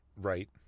right